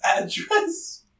address